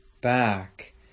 back